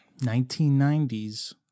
1990s